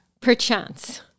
Perchance